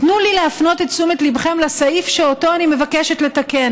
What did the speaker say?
תנו לי להפנות את תשומת ליבכם לסעיף שאותו אני מבקשת לתקן.